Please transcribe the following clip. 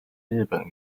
日本